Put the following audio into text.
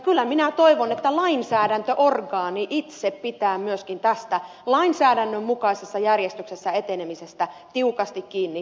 kyllä minä toivon että lainsäädäntöorgaani itse pitää myöskin tästä lainsäädännön mukaisessa järjestyksessä etenemisestä tiukasti kiinni loppuun saakka